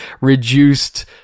reduced